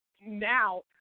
now